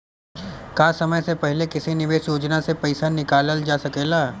का समय से पहले किसी निवेश योजना से र्पइसा निकालल जा सकेला?